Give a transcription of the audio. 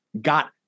got